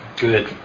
good